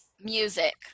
music